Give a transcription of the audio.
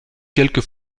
quelques